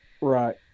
Right